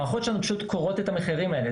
המערכות שלנו פשוט קוראות המחירים האלה,